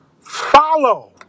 follow